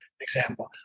example